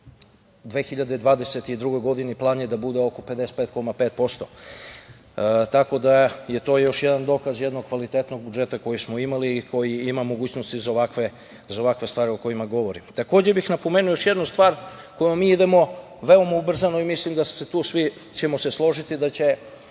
2022. godini biti oko 55,5%. Tako da je to još jedan dokaz jednog kvalitetnog budžeta koji smo imali i koji ima mogućnosti za ovakve stvari o kojima govorimo. Takođe bih napomenuo još jednu stvar kojoj mi idemo veoma ubrzano i mislim da ćemo se tu svi složiti da će